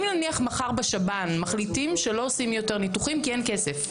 אם נניח מחר בשב"ן מחליטים שלא עושים יותר ניתוחים כי אין כסף.